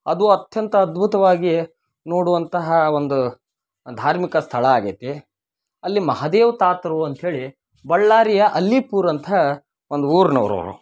ಅದು ಅತ್ಯಂತ ಅದ್ಭುತವಾಗಿ ನೋಡುವಂತಹ ಒಂದು ಧಾರ್ಮಿಕ ಸ್ಥಳ ಆಗ್ಯೆತಿ ಅಲ್ಲಿ ಮಹಾದೇವ ತಾತರು ಅಂತ್ಹೇಳಿ ಬಳ್ಳಾರಿಯ ಅಲ್ಲಿಪುರ ಅಂತ ಒಂದು ಊರ್ನವ್ರು ಅವರು